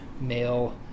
male